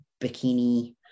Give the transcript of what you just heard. bikini